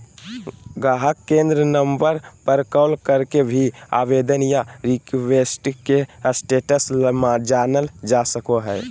गाहक केंद्र नम्बर पर कॉल करके भी आवेदन या रिक्वेस्ट के स्टेटस जानल जा सको हय